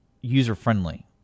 user-friendly